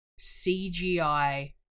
CGI